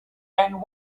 and